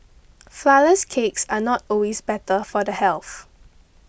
Flourless Cakes are not always better for the health